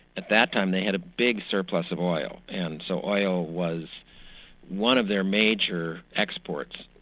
at that time they had a big surplus of oil, and so oil was one of their major exports.